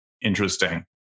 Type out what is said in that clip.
interesting